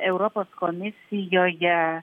europos komisijoje